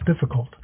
difficult